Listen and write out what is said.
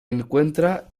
encuentra